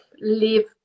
live